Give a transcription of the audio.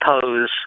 pose